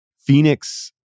Phoenix